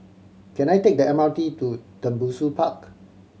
can I take the M R T to Tembusu Park